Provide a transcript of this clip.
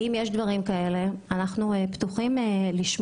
אם יש דברים וביקורות אנחנו פתוחים לשמוע.